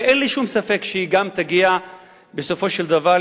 ואין לי שום ספק שהיא תגיע בסופו של דבר גם